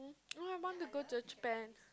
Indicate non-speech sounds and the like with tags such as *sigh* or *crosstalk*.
*noise* I want to go to Japan